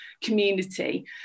community